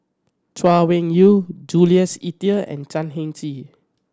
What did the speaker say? Chay Weng Yew Jules Itier and Chan Heng Chee